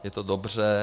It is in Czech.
Je to dobře.